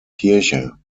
kirche